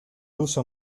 usa